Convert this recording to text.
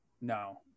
No